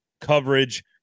coverage